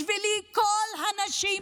בשבילי כל הנשים,